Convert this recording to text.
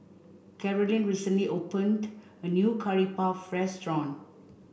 Carolyne recently opened a new Curry Puff restaurant